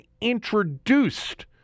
introduced